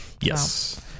yes